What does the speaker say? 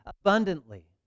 abundantly